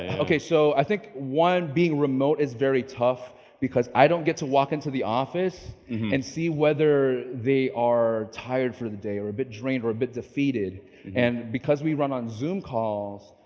ah okay, so i think one being remote is very tough because i don't get to walk into the office and see whether they are tired for the day or a bit drained or a bit defeated and because we run on zoom calls,